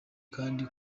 kandi